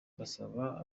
basaba